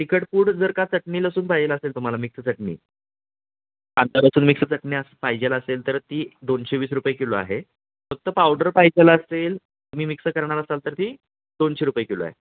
तिखटपूड जर का चटणी लसूण पाहिजेल असेल तुम्हाला मिक्स चटणी कांदा लसूण मिक्स चटणी पाहिजेल असेल तर ती दोनशे वीस रुपये किलो आहे फक्त पावडर पाहिजेल असेल तुम्ही मिक्स करणार असाल तर ती दोनशे रुपये किलो आहे